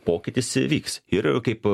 pokytis įvyks ir kaip